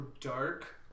dark